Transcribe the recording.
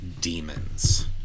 demons